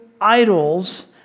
idols